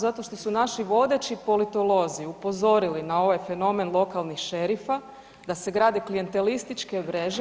Zato što su naši vodeći politolozi upozorili na ovaj fenomen lokalnih šerifa, da se grade klijentelističke mreže.